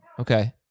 Okay